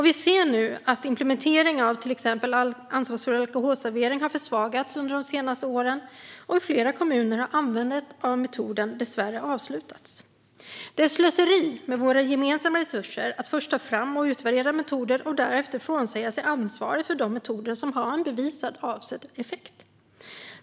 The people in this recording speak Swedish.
Vi ser nu att implementeringen av till exempel Ansvarsfull alkoholservering har försvagats under de senaste åren, och i flera kommuner har användandet av metoden dessvärre avslutats. Det är slöseri med våra gemensamma resurser att först ta fram och utvärdera metoder och därefter frånsäga sig ansvaret för de metoder som har en bevisad avsedd effekt.